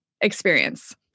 experience